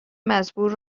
مزبور